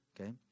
okay